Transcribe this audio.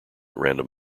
random